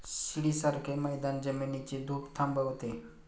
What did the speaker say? शिडीसारखे मैदान जमिनीची धूप थांबवते